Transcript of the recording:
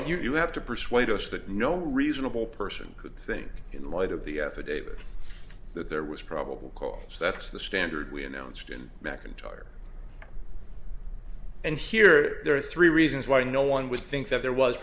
you have to persuade us that no reasonable person could think in light of the affidavit that there was probable cause that's the standard we announced in mcintyre and here there are three reasons why no one would think that there was